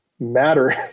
matter